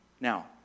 Now